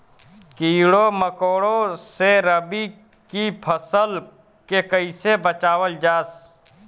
कीड़ों मकोड़ों से रबी की फसल के कइसे बचावल जा?